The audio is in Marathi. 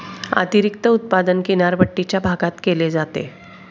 अतिरिक्त उत्पादन किनारपट्टीच्या भागात केले जाते